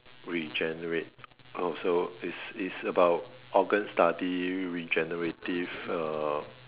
regenerate oh so is is about organ study regenerative uh